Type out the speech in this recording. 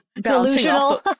Delusional